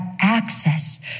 access